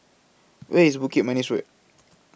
Where IS Bukit Manis Road